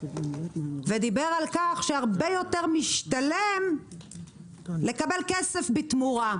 ודיבר על כך שהרבה יותר משתלם לקבל כסף בתמורה.